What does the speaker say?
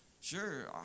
Sure